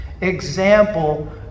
example